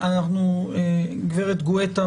גברת גואטה.